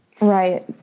Right